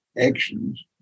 actions